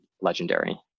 legendary